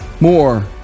More